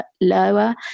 lower